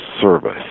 service